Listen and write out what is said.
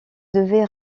devait